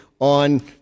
on